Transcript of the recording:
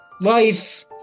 life